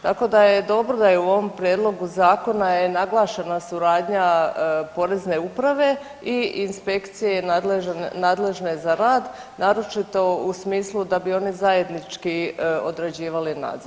Tako da je dobro da je u ovom Prijedlogu zakona je naglašena suradnja porezne uprave i inspekcije nadležne za rad naročito u smislu da bi oni zajednički određivali nadzore.